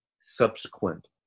subsequent